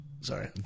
sorry